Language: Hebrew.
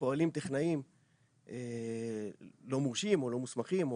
כשפועלים טכנאים לא מורשים או לא מוסמכים,